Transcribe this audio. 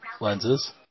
lenses